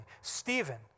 Stephen